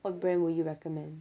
what brand would you recommend